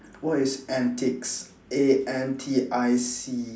what is antics A N T I C